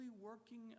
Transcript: working